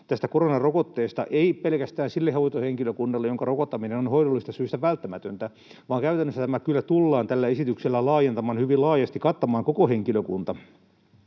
tästä koronarokotteesta eikä pelkästään sille hoitohenkilökunnalle, jonka rokottaminen on hoidollisista syistä välttämätöntä, vaan käytännössä tämä kyllä tullaan tällä esityksellä laajentamaan ja hyvin laajasti kattamaan koko henkilökunta.